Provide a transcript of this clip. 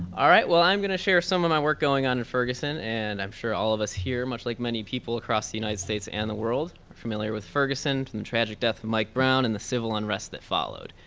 all right, well i'm gonna share some of my work going on in ferguson and i'm sure all of us here, much like many people across the united states and the world are familiar with ferguson and the tragic death of mike brown and the civil unrest that followed.